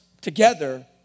together